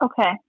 Okay